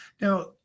Now